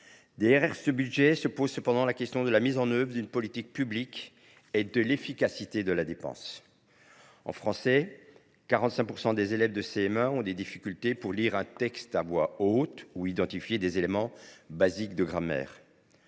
Derrière ce budget demeurent toutefois les questions de la mise en œuvre d’une politique publique et de l’efficacité de la dépense. En français, 45 % des élèves de CM1 ont des difficultés pour lire un texte à voix haute ou identifier des éléments basiques de grammaire.